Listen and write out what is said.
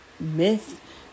myth